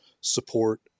support